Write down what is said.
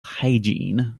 hygiene